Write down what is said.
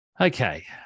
okay